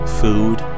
food